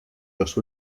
los